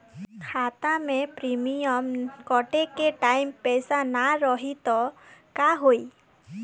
खाता मे प्रीमियम कटे के टाइम पैसा ना रही त का होई?